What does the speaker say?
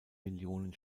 millionen